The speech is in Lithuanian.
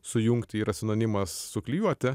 sujungti yra sinonimas suklijuoti